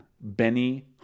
Benny